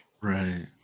Right